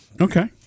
Okay